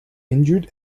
injured